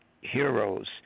heroes